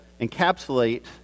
encapsulate